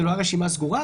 לא רשימה סגורה,